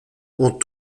ont